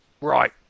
right